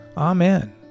Amen